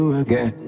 again